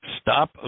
Stop